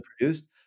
produced